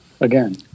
again